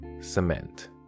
cement